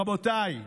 רבותיי,